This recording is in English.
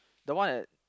the one at